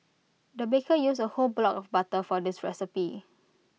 the baker used A whole block of butter for this recipe